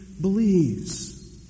believes